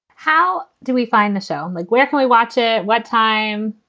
how do we find the show? like, where can we watch it? what time?